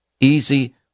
Easy